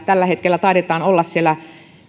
tällä hetkellä taidetaan olla siellä